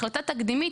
החלטה תקדימית.